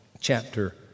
chapter